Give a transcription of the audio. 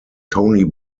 tony